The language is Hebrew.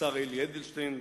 השר יולי אדלשטיין,